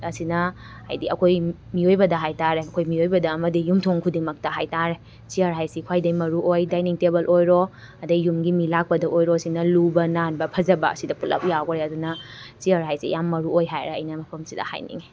ꯑꯁꯤꯅ ꯍꯥꯏꯗꯤ ꯑꯩꯈꯣꯏ ꯃꯤꯑꯣꯏꯕꯗ ꯍꯥꯏꯇꯥꯔꯦ ꯑꯩꯈꯣꯏ ꯃꯤꯑꯣꯏꯕꯗ ꯑꯃꯗꯤ ꯌꯨꯝꯊꯣꯡ ꯈꯨꯗꯤꯡꯃꯛꯇ ꯍꯥꯏꯇꯥꯔꯦ ꯆꯤꯌꯔ ꯍꯥꯏꯁꯤ ꯈ꯭ꯋꯥꯏꯗꯩ ꯃꯔꯨ ꯑꯣꯏ ꯗꯥꯏꯅꯤꯡ ꯇꯦꯕꯜ ꯑꯣꯏꯔꯣ ꯑꯗꯩ ꯌꯨꯝꯒꯤ ꯃꯤ ꯂꯥꯛꯄꯗ ꯑꯣꯏꯔꯣ ꯁꯤꯅ ꯂꯨꯕ ꯅꯥꯟꯕ ꯐꯖꯕ ꯁꯤꯗ ꯄꯨꯂꯞ ꯌꯥꯎꯈꯔꯦ ꯑꯗꯨꯅ ꯆꯤꯌꯔ ꯍꯥꯏꯁꯤ ꯌꯥꯝ ꯃꯔꯨ ꯑꯣꯏ ꯍꯥꯏꯔ ꯑꯩꯅ ꯃꯐꯝꯁꯤꯗ ꯍꯥꯏꯅꯤꯡꯉꯤ